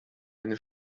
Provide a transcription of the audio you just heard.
eine